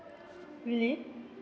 really